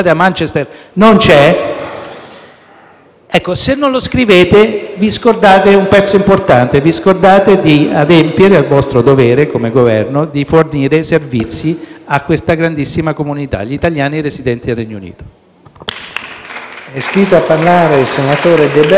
ecco, se non lo scrivete, vi scordate un pezzo importante, vi scordate di adempiere al vostro dovere, come Governo, di fornire i servizi a questa grandissima comunità: gli italiani residenti nel Regno Unito.